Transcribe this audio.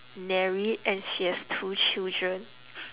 married and she has two children